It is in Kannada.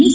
ಎಸ್